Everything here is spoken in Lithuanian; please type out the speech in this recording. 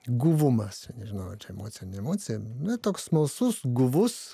guvumas čia nežinau ar čia emocija ne emocija nu toks smalsus guvus